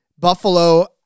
Buffalo